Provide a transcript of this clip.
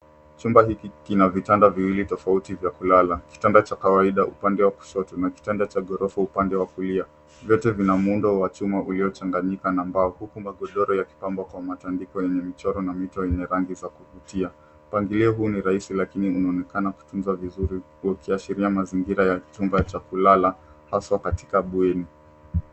Chumba hiki kina vitanda viwili tofauti vya kulala. Kitanda cha kawaida upande wa kushoto na kitanda cha ghorofa upande wa kulia. Vyote vina muundo wa chuma uliochanganyika na mbao, huku magodoro yakipambwa kwa matandiko yenye michoro na mito yenye rangi za kuvutia. Mpangilio huu ni rahisi lakini unaonekana kutunzwa vizuri, ukiashiria mazingira ya chumba cha kulala haswa katika bweni.